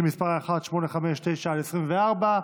שמספרה פ/1859/24.